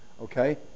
Okay